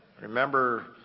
Remember